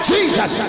Jesus